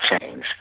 change